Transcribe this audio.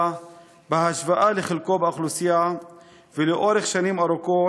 בהשוואה לחלקו באוכלוסייה ולאורך שנים רבות,